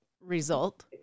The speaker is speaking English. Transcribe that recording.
Result